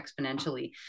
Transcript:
exponentially